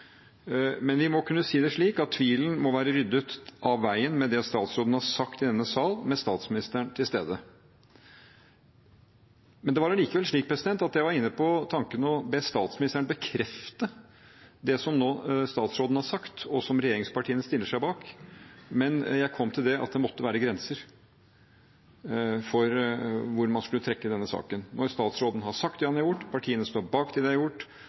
men vi må kunne si det slik at tvilen må være ryddet av veien med det statsråden har sagt i denne sal med statsministeren til stede. Det var allikevel slik at jeg var inne på tanken å be statsministeren bekrefte det som statsråden nå har sagt, og som regjeringspartiene stiller seg bak, men jeg kom til at det må være grenser for hvor langt man skal trekke denne saken. Når statsråden har sagt det han har gjort, partiene står bak det de har gjort,